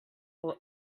for